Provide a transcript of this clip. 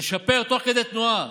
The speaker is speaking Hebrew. לשפר תוך כדי תנועה,